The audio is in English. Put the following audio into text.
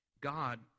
God